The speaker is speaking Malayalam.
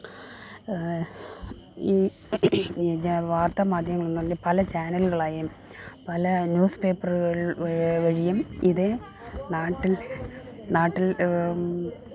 വാർത്തമാധ്യമങ്ങൾ പല ചാനലുകളായും പല ന്യൂസ് പേപ്പറുകൾ വഴിയും ഇതേ നാട്ടിൽ നാട്ടിൽ